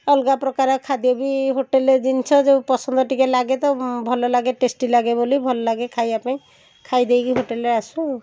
ଅଲଗା ପ୍ରକାର ଖାଦ୍ୟ ବି ହୋଟେଲ ଜିନିଷ ଯେଉଁ ପସନ୍ଦ ଟିକେ ଲାଗେ ତ ଭଲ ଲାଗେ ଟେଷ୍ଟି ଲାଗେ ବୋଲି ଭଲ ଲାଗେ ଖାଇବା ପାଇଁ ଖାଇଦେଇକି ହୋଟେଲରେ ଆସୁ